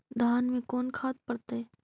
धान मे कोन खाद पड़तै?